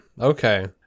Okay